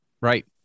right